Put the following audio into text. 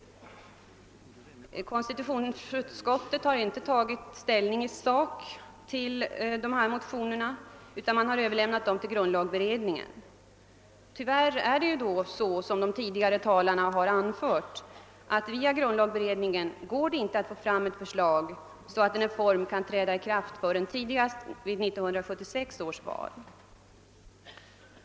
Konstitutionsutskottet har inte tagit ställning i sak till dessa motioner utan har velat överlämna dem till grundlagberedningen. Tyvärr är det så, som de tidigare talarna anfört, att det via grundlagberedningen inte går att få fram ett förslag så att en reform kan träda i kraft förrän tidigast vid 1976 års val.